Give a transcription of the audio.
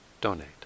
donate